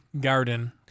garden